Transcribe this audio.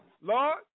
Lord